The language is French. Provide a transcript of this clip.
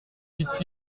dit